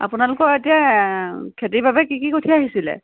আপোনালোকৰ এতিয়া খেতিৰ বাবে কি কি কঠীয়া সিঁচিলে